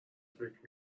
فکر